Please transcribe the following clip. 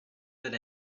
that